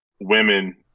women